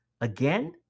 again